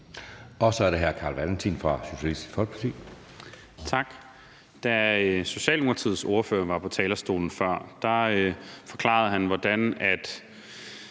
Så er det hr. Carl Valentin fra Socialistisk Folkeparti. Kl. 11:23 Carl Valentin (SF): Tak. Da Socialdemokratiets ordfører var på talerstolen før, forklarede han, hvordan